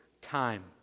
time